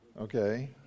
okay